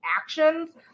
actions